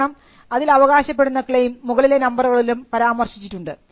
കാരണം അതിൽ അവകാശപ്പെടുന്ന ക്ളെയിം മുകളിലെ നമ്പറുകളിലും പരാമർശിച്ചിട്ടുണ്ട്